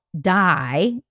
die